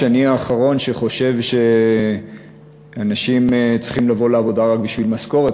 אני האחרון שחושב שאנשים צריכים לבוא לעבודה רק בשביל משכורת,